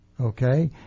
okay